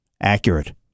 accurate